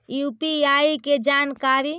UPI के जानकारी?